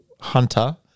hunter